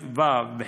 ו.